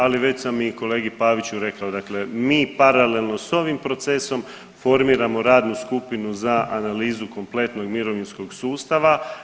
Ali već sam i kolegi Paviću rekao, dakle mi paralelno sa ovim procesom formiramo radnu skupinu za analizu kompletnog mirovinskog sustava.